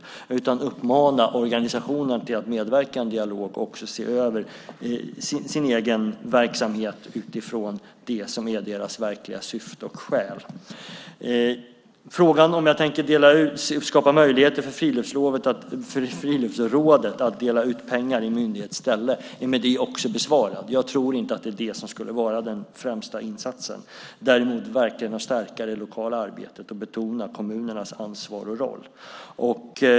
I stället vill jag uppmana organisationerna att medverka i en dialog och också se över sin egen verksamhet utifrån det som är deras verkliga syfte och själ. Frågan om jag tänker skapa möjligheter för Friluftsrådet att dela ut pengar i myndighets ställe är med det också besvarad. Jag tror inte att det skulle vara den främsta insatsen - däremot att stärka det lokala arbetet och betona kommunernas ansvar och roll.